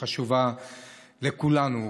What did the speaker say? שחשובה לכולנו.